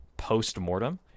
post-mortem